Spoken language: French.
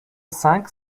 cinq